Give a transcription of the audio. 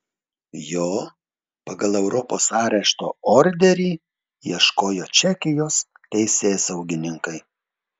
jo pagal europos arešto orderį ieškojo čekijos teisėsaugininkai